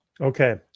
Okay